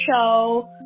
show